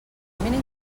mínim